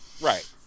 right